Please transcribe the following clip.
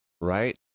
right